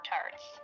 Tarts